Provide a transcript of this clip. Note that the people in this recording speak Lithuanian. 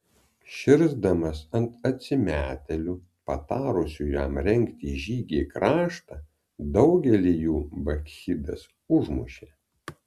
širsdamas ant atsimetėlių patarusių jam rengti žygį į kraštą daugelį jų bakchidas užmušė